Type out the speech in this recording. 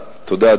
תודה,